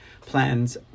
plans